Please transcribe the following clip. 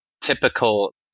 typical